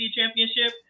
Championship